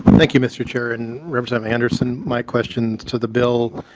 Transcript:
thank you mr. chair and representative anderson my question to the bill